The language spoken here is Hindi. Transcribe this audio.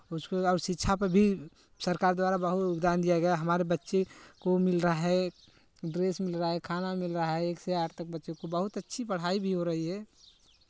उसको और शिक्षा पे भी सरकार द्वारा बहुत योगदान दिया गया है हमारे बच्चे को मिल रहा है ड्रेस मिल रहा है खाना मिल रहा है एक से आठ तक बच्चों को बहुत अच्छी पढ़ाई भी हो रही है